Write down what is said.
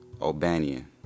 O'Banian